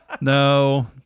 No